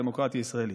על הדמוקרטיה הישראלית.